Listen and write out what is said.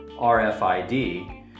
RFID